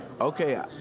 Okay